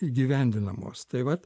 įgyvendinamos tai vat